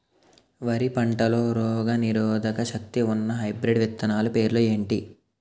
వరి పంటలో రోగనిరోదక శక్తి ఉన్న హైబ్రిడ్ విత్తనాలు పేర్లు ఏంటి?